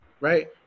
right